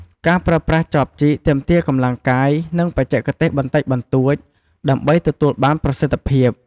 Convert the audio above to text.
ការប្រើប្រាស់ចបជីក ទាមទារកម្លាំងកាយ និងបច្ចេកទេសបន្តិចបន្តួច ដើម្បីទទួលបានប្រសិទ្ធភាព។